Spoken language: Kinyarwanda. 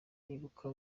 ibuka